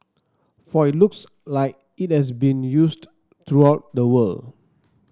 for it looks like it has been used throughout the world